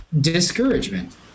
discouragement